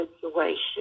situation